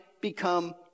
become